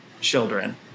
children